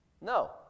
No